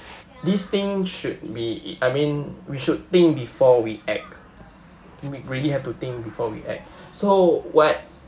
these things should be I mean we should think before we act we really have to think before we act so what